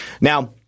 Now